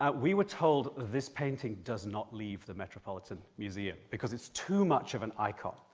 ah we were told this painting does not leave the metropolitan museum, because it's too much of an icon.